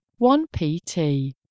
1PT